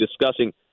discussing